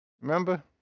remember